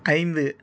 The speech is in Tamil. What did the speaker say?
ஐந்து